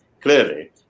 clearly